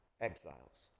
exiles